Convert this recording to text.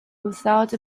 without